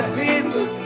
people